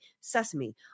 Sesame